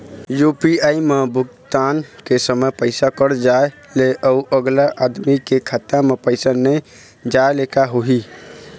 UPI म भुगतान के समय पैसा कट जाय ले, अउ अगला आदमी के खाता म पैसा नई जाय ले का होही?